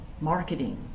Marketing